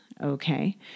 okay